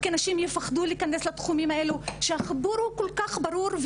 כי אנשים יפחדו להיכנס לתחומים האלה שהחיבור הוא כל כך ברור,